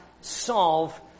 solve